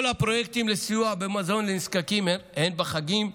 כל הפרויקטים לסיוע במזון לנזקקים, בחגים,